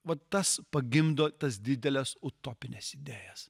vat tas pagimdo tas dideles utopines idėjas